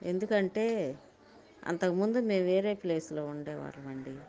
ఎందుకు అంటే అంతకు ముందు మేము వేరే ప్లేస్లో ఉండే వాళ్ళమండి